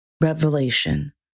revelation